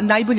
najbolje